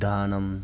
बुद्धानां